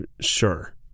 sure